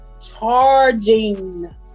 Charging